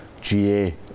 ga